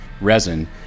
resin